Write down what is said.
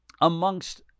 amongst